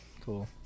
Cool